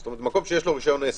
כלומר מקום שיש לו רשיון עסק,